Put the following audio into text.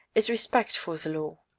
is respect for the law.